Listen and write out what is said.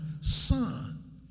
son